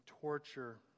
torture